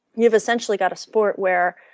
you've essentially got a sport where